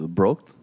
broke